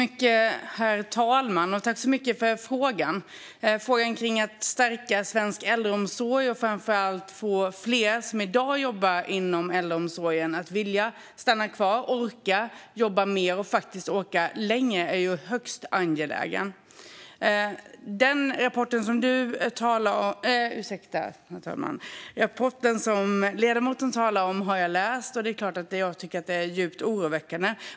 Herr talman! Jag tackar så mycket för frågan. Frågan om att stärka svensk äldreomsorg och framför allt få fler som i dag jobbar inom äldreomsorgen att vilja stanna kvar, orka jobba mer och faktiskt orka längre är högst angelägen. Den rapport som ledamoten talar om har jag läst, och det är klart att jag tycker att det är djupt oroväckande.